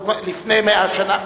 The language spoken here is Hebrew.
לפני 100 שנה.